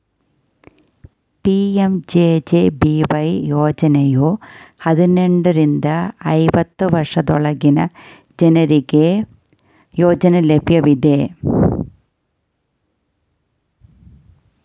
PMJJBY ಯೋಜ್ನಯು ಹದಿನೆಂಟು ರಿಂದ ಐವತ್ತು ವರ್ಷದೊಳಗಿನ ಜನ್ರುಗೆ ಯೋಜ್ನ ಲಭ್ಯವಿದೆ